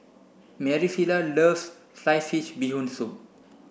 Maricela loves sliced fish bee hoon soup